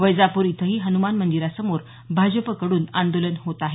वैजापूर इथंही हनुमान मंदिरासमोर भाजपकडून आंदोलन होत आहे